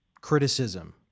criticism